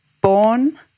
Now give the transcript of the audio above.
born